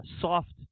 soft